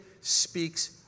speaks